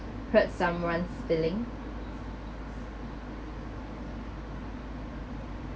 hurt someone's feeling